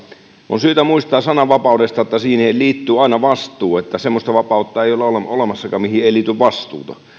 on syytä muistaa sananvapaudesta että siihen liittyy aina vastuu että semmoista vapautta ei ole olemassakaan mihin ei liity vastuuta